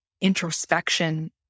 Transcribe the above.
introspection